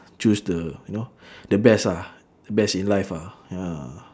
choose the you know the best ah the best in life ah ya